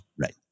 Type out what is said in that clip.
Right